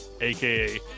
aka